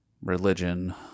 religion